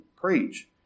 Preach